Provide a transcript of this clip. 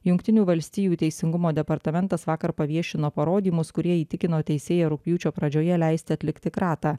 jungtinių valstijų teisingumo departamentas vakar paviešino parodymus kurie įtikino teisėją rugpjūčio pradžioje leisti atlikti kratą